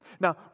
Now